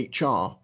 HR